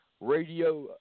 radio